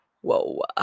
Whoa